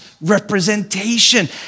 representation